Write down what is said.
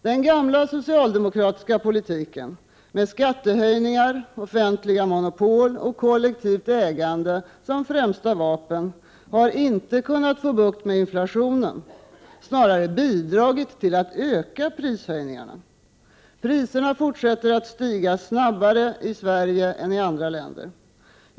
Den gamla socialdemokratiska politiken — med skattehöjningar, offentliga monopol och kollektivt ägande som främsta vapen — har inte kunnat få bukt med inflationen, snarare bidragit till att öka prishöjningarna. Priserna fortsätter att stiga snabbare i Sverige än i andra länder.